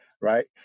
right